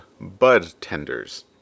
bud-tenders